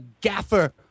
gaffer